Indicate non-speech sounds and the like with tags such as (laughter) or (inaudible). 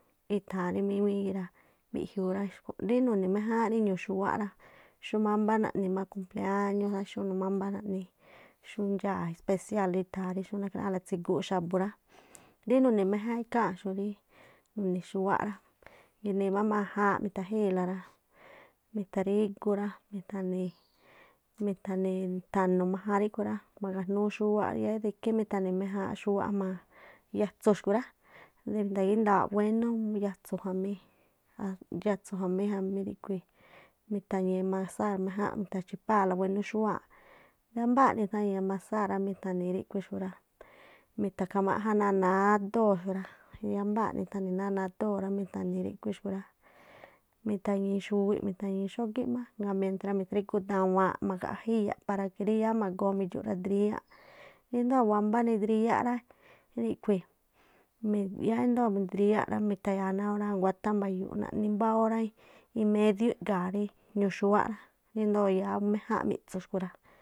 I̱tha̱an rí míŋuíí gii̱ rá mbiꞌjiuu rá, rí nuni̱ méjáánꞌ rí ñu̱ xúwáꞌ rá, xúmá naꞌni mbá kumpleáñós ja rá, xú naꞌni mámbá xú ndxaa̱ especial xurí nakhráꞌjáa̱nꞌla tsiguu xa̱bu̱ rá. Xúrí nuni̱ méjáánꞌ ikháa̱nꞌxu̱ rá rí nu̱ni̱ xúwáꞌ rá, gi̱nii má majaanꞌ mitha̱gii̱la rá, mitha̱rígú rá, mithani̱, mithani̱, mithanu̱ majaanꞌ ríꞌkhui̱ rá, mgajnúú xúwáꞌ yáá de ikhí mi̱tha̱ni̱ méjáánꞌ xúwáꞌ jma̱a yatsu̱ xkhui̱ rá, (unintelligible) ndawaa̱ꞌ wénú yatsu̱ xkhui̱ rá (unintelligible) gíndawaa̱ wénú yatsu̱ jamí-jamí- ríꞌkhui̱ mitha̱ñii̱ masáa̱ méjánꞌ mitha̱chi̱páa̱la wénú xúwaaꞌ, wámbáa̱ꞌ nithañii̱ amasar rá, mitha̱ñii̱ ríꞌkhui̱ xku̱ rá mitha̱khamáꞌján náa̱ ńádóo̱ jui̱ rá yámbáa̱ꞌ nitha̱ñii̱ náa̱ nádóo̱ rá, mi̱tha̱ñi̱i ríꞌkhui̱̱ xku rá, mi̱tha̱ñi̱i xuwiꞌ mi̱tha̱ñi̱i xógíꞌ má. Ngaa̱ mientra mi̱thrigú dawaan magaꞌja iyaꞌ para que rí yáá ma̱goo midxu̱ꞌ radriyáꞌ. Ríndoo̱ wámbá nidriyáꞌ rá, ríkhui̱ (unintelligible) i̱ndoo̱ midriyáꞌ rá mi̱tha̱ya̱a náa̱ órá, nguáthá mba̱yu̱u̱ꞌ naꞌni mbá órá imédiú iga̱a̱ rí ñu̱ xúwáꞌ índoo̱ yáá méjánꞌ mi̱ꞌtsu̱ xkhui̱ rá.